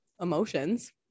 emotions